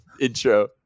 intro